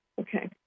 Okay